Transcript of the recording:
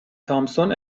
تامسون